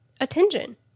attention